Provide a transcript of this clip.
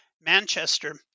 Manchester